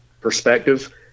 perspective